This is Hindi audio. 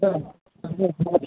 सर